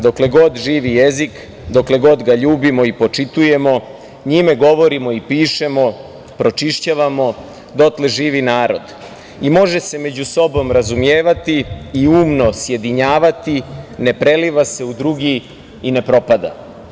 Dokle god živi jezik, dokle god ga ljubimo i počitujemo, njime govorimo i pišemo, pročišćavamo, dotle živi narod i može se među sobom razumjevati i umno sjedinjavati, ne preliva se u drugi i ne propada“